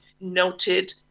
noted